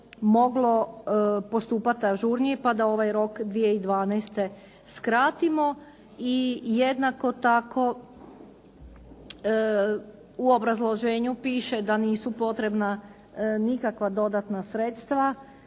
moglo postupati ažurnije pa da ovaj rok 2012. skratimo i jednako tako u obrazloženju piše da nisu potrebna nikakva dodatna sredstva